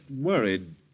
worried